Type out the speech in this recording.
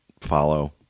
follow